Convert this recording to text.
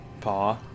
Pa